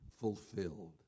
fulfilled